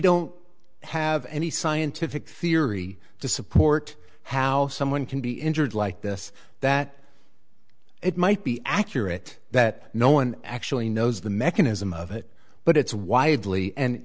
don't have any scientific theory to support how someone can be injured like this that it might be accurate that no one actually knows the mechanism of it but it's widely and